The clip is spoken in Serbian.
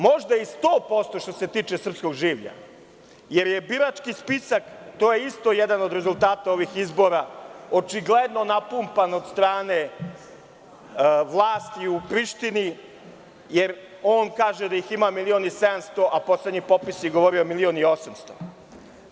Možda i 100% što se tiče srpskog življa, jer je birački spisak, to je isto jedan od rezultata ovih izbora, očigledno napumpan od strane vlasti u Prištini, jer on kaže da ih ima 1.700.000, a poslednji popis je govorio 1.800.000.